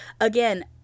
Again